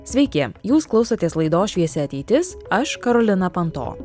sveiki jūs klausotės laidos šviesi ateitis aš karolina panto